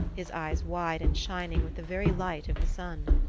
his eyes wide and shining with the very light of the sun.